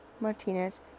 Martinez